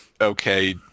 okay